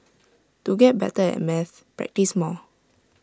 to get better at maths practise more